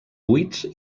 buits